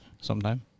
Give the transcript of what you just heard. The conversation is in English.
sometime